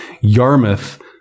Yarmouth